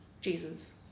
Jesus